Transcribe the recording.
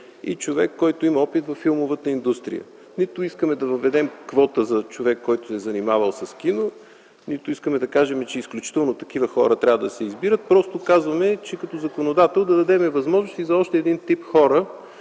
и човек, който има опит във филмовата индустрия. Нито искаме да въведем квота за човек, който се е занимавал с кино, нито искаме да кажем, че изключително такива хора трябва да се избират. Просто казваме като законодатели да дадем възможност и за още един тип хора